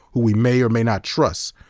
who we may or may not trust,